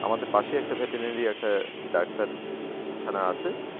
আমাদের পাশেই একটা ভেটেরিনারি একটা ডাক্তারখানা আছে